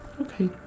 Okay